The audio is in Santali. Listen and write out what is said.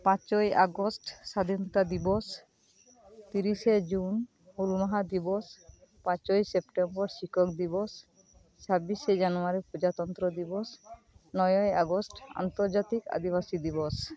ᱯᱟᱸᱪᱚᱭ ᱟᱜᱚᱥᱴ ᱥᱟᱫᱷᱤᱱᱚᱛᱟ ᱫᱤᱵᱚᱥ ᱛᱤᱨᱤᱥᱮ ᱡᱩᱱ ᱦᱩᱞ ᱢᱟᱦᱟ ᱫᱤᱵᱚᱥ ᱯᱟᱸᱪᱚᱭ ᱥᱮᱯᱴᱮᱢᱵᱚᱨ ᱥᱤᱠᱷᱚᱠ ᱫᱤᱵᱚᱥ ᱪᱷᱟᱵᱤᱥᱮ ᱡᱟᱱᱩᱣᱟᱨᱤ ᱯᱨᱚᱡᱟᱛᱚᱱᱛᱨᱚ ᱫᱤᱵᱚᱥ ᱱᱚᱭᱮᱭ ᱟᱜᱚᱥᱴ ᱟᱱᱛᱚᱨᱡᱟᱛᱤᱠ ᱟᱹᱫᱤᱵᱟᱹᱥᱤ ᱫᱤᱵᱚᱥ